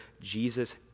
Jesus